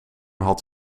had